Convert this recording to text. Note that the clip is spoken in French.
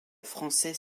français